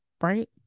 right